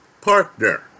partner